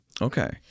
Okay